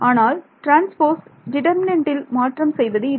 ஆனால் ட்ரான்ஸ்போஸ் டிடெர்மினேன்டில் மாற்றம் செய்வது இல்லை